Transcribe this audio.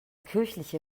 kirchliche